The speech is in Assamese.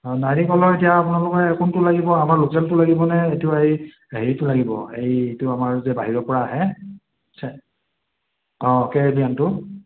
অ' নাৰিকলৰ এতিয়া আপোনালোকৰ কোনটো লাগিব আমাৰ লোকেলটো লাগিব নে এইটো সেই হেৰিটো লাগিব এইটো আমাৰ যে বাহিৰৰ পৰা আহে চে অ' কেৰেলিয়ানটো